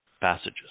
passages